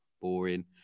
Boring